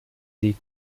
die